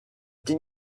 did